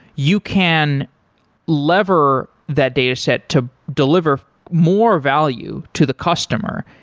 you can lever that data set to deliver more value to the customer,